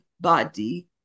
body